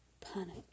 panic